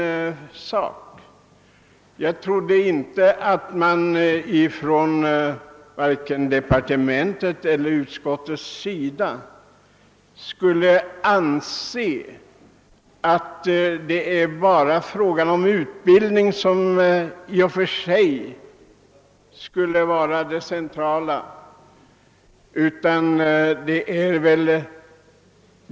Och jag trodde inte att man från vare sig utbildningsdepartementets eller utskottets sida skulle anse att frågan om utbildningen i och för sig är det centrala.